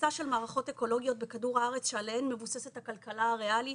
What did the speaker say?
קריסה של מערכות אקולוגיות בכדור הארץ שעליהן מבוססת הכלכלה הריאלית.